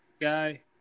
guy